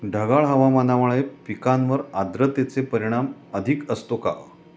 ढगाळ हवामानामुळे पिकांवर आर्द्रतेचे परिणाम अधिक असतो का?